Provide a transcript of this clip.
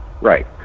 Right